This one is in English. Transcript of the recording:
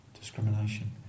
discrimination